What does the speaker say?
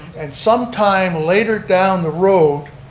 and sometime later down the road,